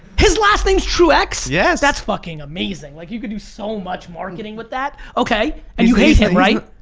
his last name's truex? yes. that's fucking amazing, like you could do so much marketing with that. okay. and you hate him right?